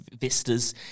vistas